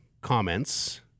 comments